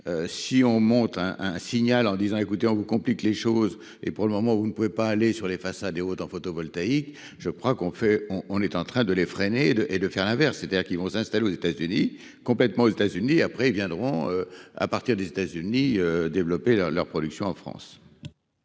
si on monte un un signal en disant : écoutez on vous complique les choses et pour le moment, vous ne pouvez pas aller sur les façades et aux photovoltaïque, je crois qu'on fait on on est en train de les freiner et de et de faire l'inverse, c'est-à-dire qu'ils vont s'installer aux États-Unis complètement aux États-Unis, après ils viendront à partir des États-Unis développer leur leur production en France.